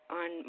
on